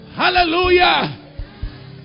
Hallelujah